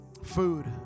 Food